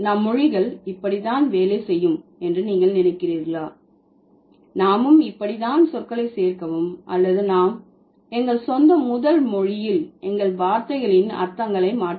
நம் மொழிகள் இப்படித்தான் வேலை செய்யும் என்று நீங்கள் நினைக்கிறீர்களா நாமும் இப்படித்தான் சொற்களைச் சேர்க்கவும் அல்லது நாம் எங்கள் சொந்த முதல் மொழியில் எங்கள் வார்த்தைகளின் அர்த்தங்கள் மாற்ற